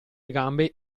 gambe